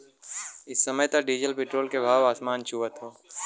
इ समय त डीजल पेट्रोल के भाव आसमान छुअत हौ